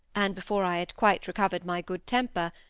and before i had quite recovered my good temper,